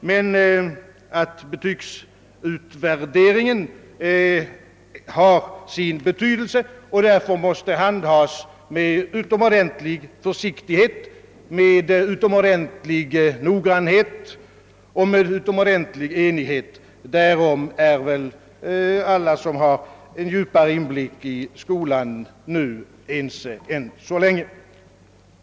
Men att betygsvärderingen har sin betydelse och därför måste handhas med utomordentlig försiktighet, noggrannhet och enhetlighet, därom är väl alla med en djupare inblick i skolarbetet än så länge ense.